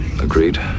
Agreed